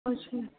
अशें